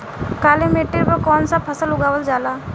काली मिट्टी पर कौन सा फ़सल उगावल जाला?